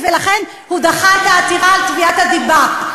ולכן הוא דחה את העתירה על תביעת הדיבה.